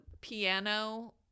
piano